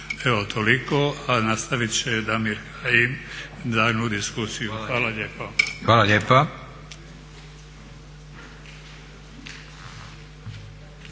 Evo toliko, a nastavit će Damir Kajin daljnju diskusiju. Hvala lijepo. **Leko,